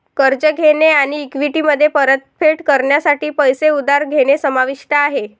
कर्ज घेणे आणि इक्विटीमध्ये परतफेड करण्यासाठी पैसे उधार घेणे समाविष्ट आहे